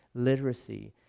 literacy,